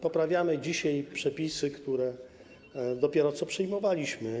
Poprawiamy dzisiaj przepisy, które dopiero co przyjmowaliśmy.